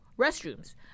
restrooms